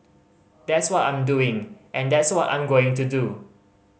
that's what I'm doing and that's what I'm going to do